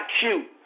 cute